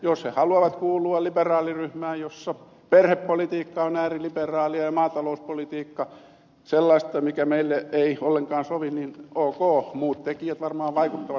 jos he haluavat kuulua liberaaliryhmään jossa perhepolitiikka on ääriliberaalia ja maatalouspolitiikka sellaista mikä meille ei ollenkaan sovi niin ok muut tekijät varmaan vaikuttavat